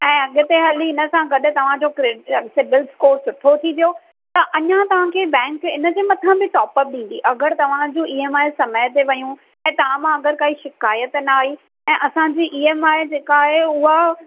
ऐं अॻिते हली हिन सां गॾु तव्हांजो क्रेडिट सिबिल स्कोर सुठो थींदो त अञा तव्हांखे बैंक हिनजे मथां बि टॉपअप ॾींदी अगरि तव्हांजो ई एम आई समय ते वयूं ऐं तव्हां मां अगरि काई शिकायत न आई ऐं असांजी ई एम आई जेका आहे उहा